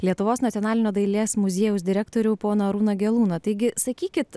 lietuvos nacionalinio dailės muziejaus direktorių poną arūną gelūną taigi sakykit